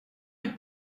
elle